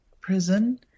prison